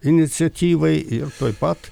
iniciatyvai ir tuoj pat